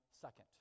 second